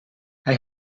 hij